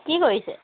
কি কৰিছে